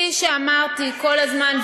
כפי שאמרתי כל הזמן,